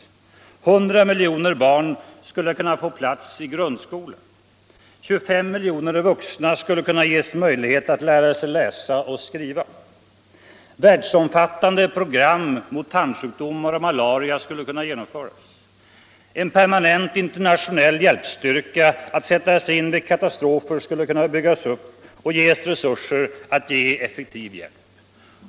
100 miljoner barn skulle kunna få plats i grundskola. 25 miljoner vuxna skulle kunna ges möjlighet att lära sig läsa och skriva. Världsomfattande program mot tandsjukdomar och malaria skulle kunna genomföras. En permanent internationell hjälpstyrka att sättas in vid katastrofer skulle kunna byggas upp och ges resurser att lämna effektiv hjälp.